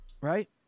right